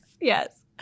yes